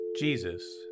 Jesus